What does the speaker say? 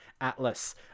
Atlas